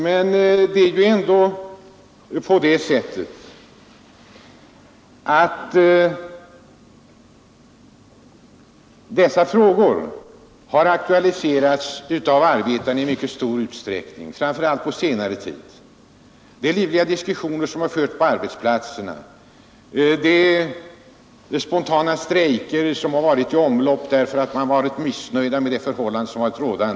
Men dessa frågor har i mycket stor utsträckning aktualiserats av arbetarna, framför allt på senare tid. Det har förts livliga diskussioner på arbetsplatserna, och det har förekommit spontana strejker därför att man varit missnöjd med de rådande förhållandena.